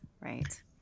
Right